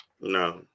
No